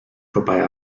vorbei